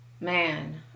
Man